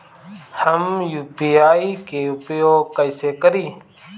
हम यू.पी.आई के उपयोग कइसे करी?